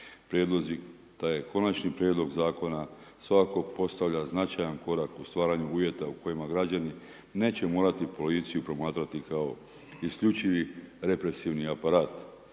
prijedlozi, da Konačni prijedlog zakona svakako postavlja značajan korak u stvaranja uvjeta u kojima građani neće morati policiju promatrati kao isključivi represivni aparat.